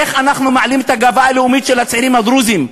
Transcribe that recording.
איך אנחנו מעלים את הגאווה הלאומית של הצעירים הדרוזים,